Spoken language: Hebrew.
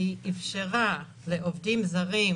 כשהיא אפשרה לעובדים זרים